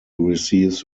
receives